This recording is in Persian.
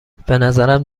بنظرم